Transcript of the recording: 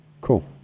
cool